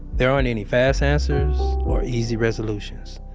there aren't any fast answers or easy resolutions.